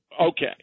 Okay